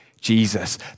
Jesus